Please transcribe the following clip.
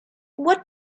what